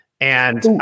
And-